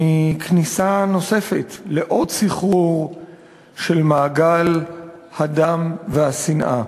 מכניסה נוספת לעוד סחרור של מעגל הדם והשנאה.